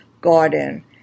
garden